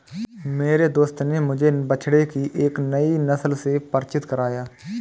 मेरे दोस्त ने मुझे बछड़े की एक नई नस्ल से परिचित कराया